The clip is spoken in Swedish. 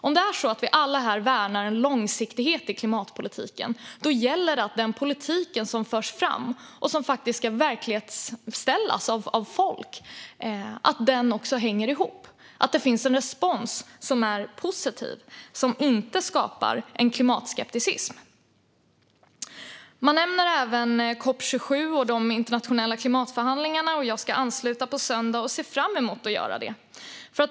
Om det är så att vi alla här värnar en långsiktighet i klimatpolitiken gäller det att den politik som förs fram och ska bli verklighet bland människor också hänger ihop och att det finns en respons som är positiv och inte skapar en klimatskepticism. Man nämner även COP 27 och de internationella klimatförhandlingarna. Jag ska ansluta på söndag, och jag ser fram emot att göra det.